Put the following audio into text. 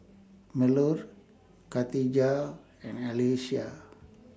Melur Khatijah and Alyssa